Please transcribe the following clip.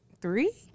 three